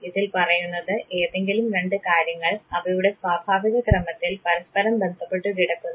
ഇതിൽ പറയുന്നത് ഏതെങ്കിലും രണ്ട് കാര്യങ്ങൾ അവയുടെ സ്വാഭാവിക ക്രമത്തിൽ പരസ്പരം ബന്ധപ്പെട്ട് കിടക്കുന്നു